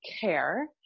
care